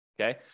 okay